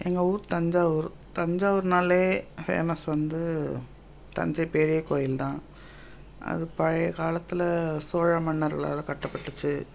எங்கள் ஊர் தஞ்சாவூர் தஞ்சாவூர்னாலே ஃபேமஸ் வந்து தஞ்சை பெரிய கோயில் தான் அது பழைய காலத்தில் சோழ மன்னர்களால் கட்டப்பட்டுச்சு